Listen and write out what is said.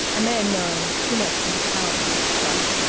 a man knowing too much for his talent to express.